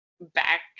back